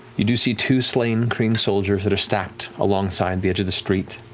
you do see two slain kryn soldiers that are stacked alongside the edge of the street,